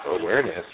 awareness